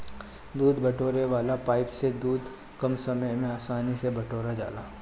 दूध बटोरे वाला पाइप से दूध कम समय में आसानी से बटोरा जाला